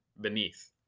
beneath